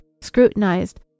scrutinized